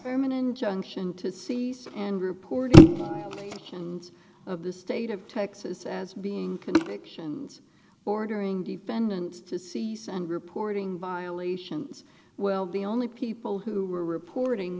from an injunction to cease and reporting and of the state of texas as being convictions bordering defendants to seize and reporting violations well the only people who were reporting